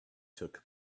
took